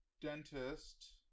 dentist